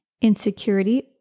insecurity